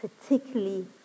particularly